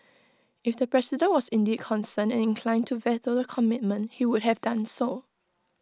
if the president was indeed concerned and inclined to veto the commitment he would have done so